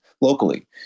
locally